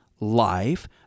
life